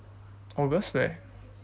august where